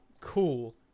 cool